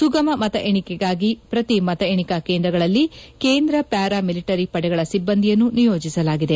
ಸುಗಮ ಮತ ಎಣಿಕೆಗಾಗಿ ಪ್ರತಿ ಮತ ಎಣಿಕಾ ಕೇಂದ್ರಗಳಲ್ಲಿ ಕೇಂದ್ರ ಪ್ಯಾರಾ ಮಿಲಿಟರಿ ಪಡೆಗಳ ಸಿಬ್ಬಂದಿಯನ್ನು ನಿಯೋಜಿಸಲಾಗಿದೆ